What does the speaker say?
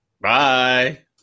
Bye